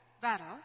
battle